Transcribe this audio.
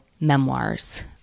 memoirs